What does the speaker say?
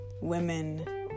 women